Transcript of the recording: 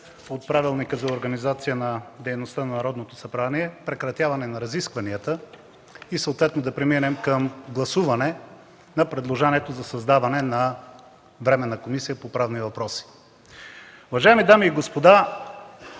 на Народното събрание, прекратяване на разискванията и съответно да преминем към гласуване на предложението за създаване на Временна комисия по правни въпроси. Уважаеми дами и господа,